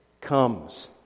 comes